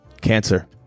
Cancer